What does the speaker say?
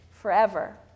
forever